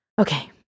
Okay